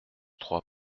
trois